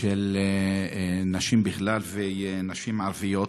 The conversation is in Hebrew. של נשים בכלל, ונשים ערביות.